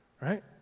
Right